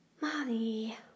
Mommy